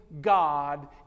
God